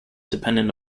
dependent